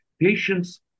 Patients